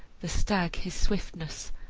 the stag his swiftness,